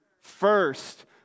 first